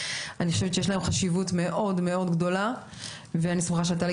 אני חושבת שיש להן חשיבות מאוד מאוד גדולה ואני שמחה שהייתה לי